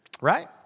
Right